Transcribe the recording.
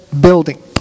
building